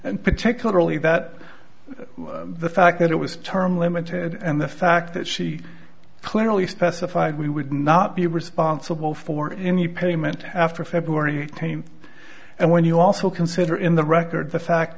and particularly that the fact that it was term limited and the fact that she clearly specified we would not be responsible for any payment after february and when you also consider in the record the fact